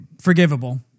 forgivable